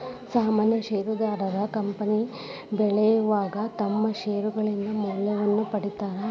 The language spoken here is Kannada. ಸಾಮಾನ್ಯ ಷೇರದಾರ ಕಂಪನಿ ಬೆಳಿವಾಗ ತಮ್ಮ್ ಷೇರ್ಗಳಿಂದ ಮೌಲ್ಯವನ್ನ ಪಡೇತಾರ